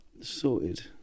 Sorted